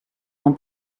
man